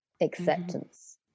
acceptance